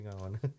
on